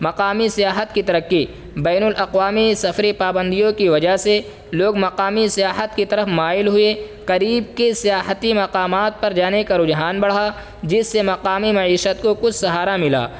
مقامی سیاحت کی ترقی بین الاقوامی سفری پابندیوں کی وجہ سے لوگ مقامی سیاحت کی طرف مائل ہوئے قریب کے سیاحتی مقامات پر جانے کا رجحان بڑھا جس سے مقامی معیشت کو کچھ سہارا ملا